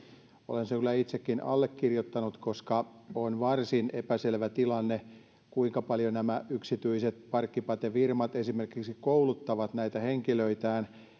olen sen kyllä itsekin allekirjoittanut koska on varsin epäselvä tilanne kuinka paljon esimerkiksi nämä yksityiset parkkipate firmat kouluttavat näitä henkilöitään